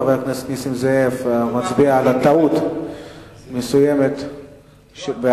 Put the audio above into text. חבר הכנסת נסים זאב מצביע על טעות מסוימת בהצבעה.